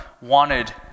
wanted